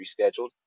rescheduled